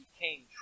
came